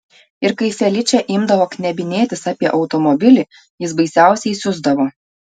ir kai feličė imdavo knebinėtis apie automobilį jis baisiausiai siusdavo